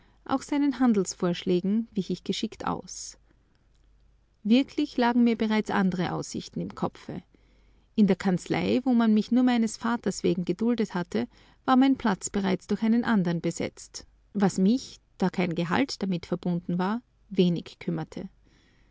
auch seinen handelsvorschlägen wich ich geschickt aus wirklich lagen mir bereits andere aussichten im kopfe in der kanzlei wo man mich nur meines vaters wegen geduldet hatte war mein platz bereits durch einen andern besetzt was mich da kein gehalt damit verbunden war wenig kümmerte